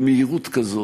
במהירות כזאת,